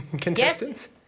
contestants